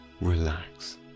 relax